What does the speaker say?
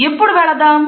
ఎప్పుడు వెళదాం